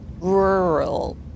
Rural